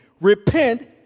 Repent